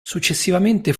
successivamente